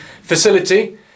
facility